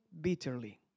bitterly